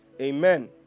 Amen